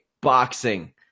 boxing